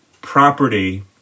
property